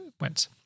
went